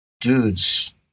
dudes